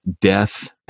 death